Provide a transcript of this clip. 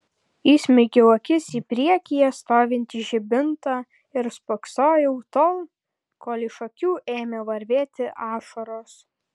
įsmeigiau akis į priekyje stovintį žibintą ir spoksojau tol kol iš akių ėmė varvėti ašaros